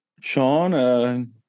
Sean